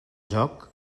joc